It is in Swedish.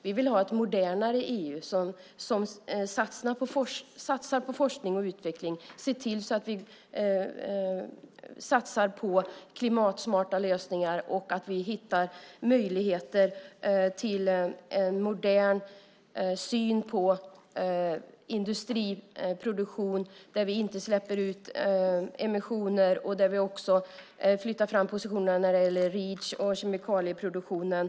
Vi vill ha ett modernare EU som satsar på forskning och utveckling. Vi vill se till att vi satsar på klimatsmarta lösningar och att vi hittar möjligheter till en modern syn på industriproduktion där vi inte släpper ut emissioner. Där flyttar vi också fram positionerna när det gäller Reach och kemikalieproduktionen.